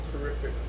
terrific